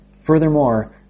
Furthermore